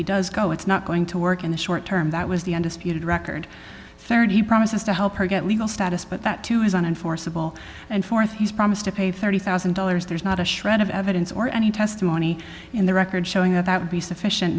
he does go it's not going to work in the short term that was the undisputed record thirty promises to help her get legal status but that too is on enforceable and th his promise to pay thirty thousand dollars there's not a shred of evidence or any testimony in the record showing that would be sufficient